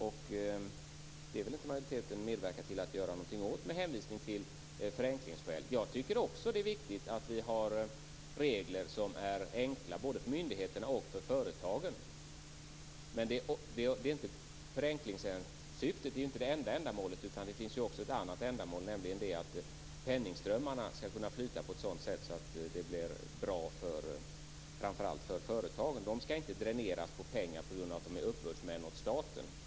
Majoriteten vill inte medverka till att göra något åt det med hänvisning till förenklingsskäl. Jag tycker också att det är viktigt att vi har regler som är enkla både för myndigheterna och för företagen. Men förenklingen är inte det enda ändamålet, utan det finns också ett annat ändamål, nämligen att penningströmmarna skall kunna flyta på ett sådant sätt att det blir bra framför allt för företagen. De skall inte dräneras på pengar på grund av att de är uppbördsmän åt staten.